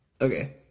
Okay